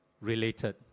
related